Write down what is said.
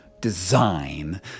design